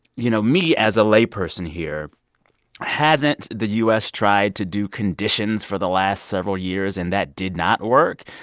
you know, me as a layperson here hasn't the u s. tried to do conditions for the last several years, and that did not work?